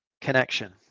connection